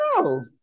No